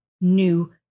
new